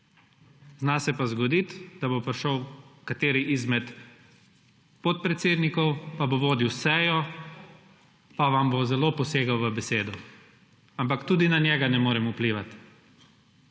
Zna se pa zgoditi, da bo prišel kateri izmed podpredsednikov, pa bo vodil sejo, pa vam bo zelo posegal v besedo. Ampak tudi na njega ne morem vplivati.